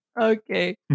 Okay